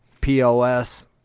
POS